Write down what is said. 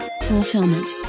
fulfillment